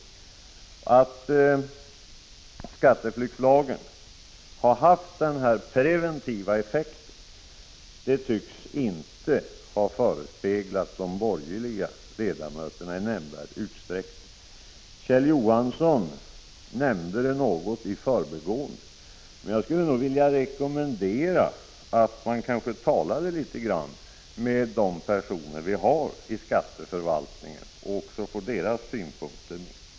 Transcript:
Att skatteflyktslagen har haft denna preventiva effekt tycks inte ha föresvävat de borgerliga ledamöterna — Kjell Johansson nämnde det endast i förbigående. Jag skulle vilja rekommendera att ni talar med personer i skatteförvaltningen och får deras synpunkter.